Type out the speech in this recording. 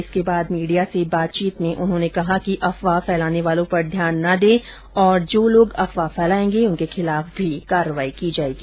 इसके बाद मीडिया से बातचीत में उन्होंने कहा कि अफवाह फैलाने वालों पर ध्यान न दें और जो लोग अफवाह फैलाएंगे उनके खिलाफ कार्रवाई की जायेगी